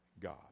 God